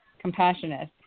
compassionate